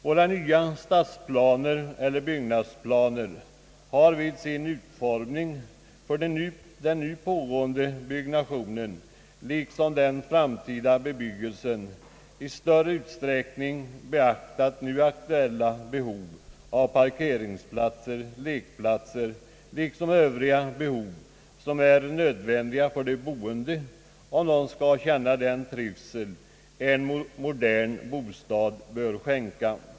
Våra nya stadsplaner eller byggnadsplaner har med sin utformning för den nu pågående byggnationen liksom den framtida bebyggelsen i stor utsträckning beaktat nu aktuella behov av parkeringsplatser, lekplatser liksom övriga anordningar som är nödvändiga för att de boende skall känna den trivsel som en modern bostad bör skänka.